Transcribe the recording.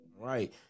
Right